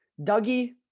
Dougie